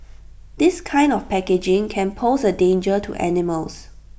this kind of packaging can pose A danger to animals